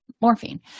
morphine